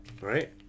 right